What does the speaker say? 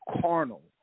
carnal